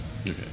Okay